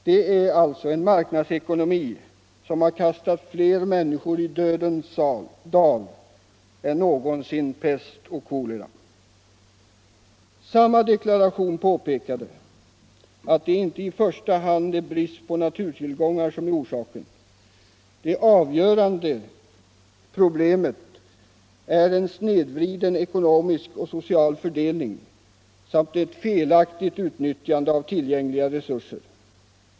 Det är alltså en marknadsekonomi som har kastat fler människor i dödens dal än någonsin pest och kolera. Samma deklaration påpekade att det inte i första hand är brist på naturtillgångar som är orsaken; det avgörande problemet är en snedvriden ekonomisk och social fördelning samt ett felaktigt utnyttjande av tillgängliga resurser.